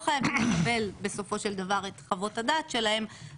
חייבים לקבל בסופו של דבר את חוות הדעת שלהן,